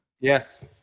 Yes